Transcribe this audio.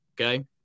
Okay